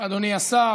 אדוני השר,